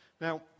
Now